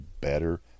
better